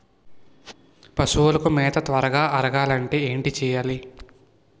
పశువులకు మేత త్వరగా అరగాలి అంటే ఏంటి చేయాలి?